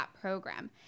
program